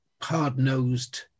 hard-nosed